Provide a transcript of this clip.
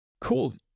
Cool